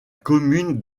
commune